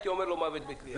הייתי אומר לו מוות בתלייה.